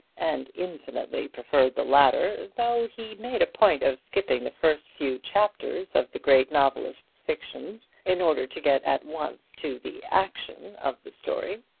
and infinitely preferred the latter, though he made a point of skipping the first few chapters of the great novelist's fictions in order to get at once to the action of the story.